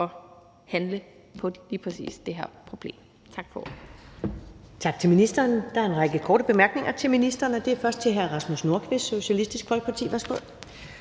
forhold til lige præcis det her problem. Tak for